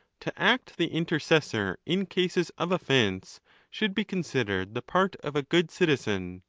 to act the in tercessor in cases of offence should be considered the part of a good citizen.